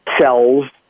cells